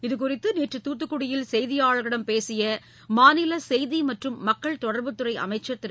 இதுகுறித்து நேற்று தூத்துக்குடியில் செய்தியாளர்களிடம் பேசிய மாநில செய்தி மற்றும் மக்கள் தொடர்புத்துறை அமைச்சர் திரு